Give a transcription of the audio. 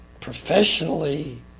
professionally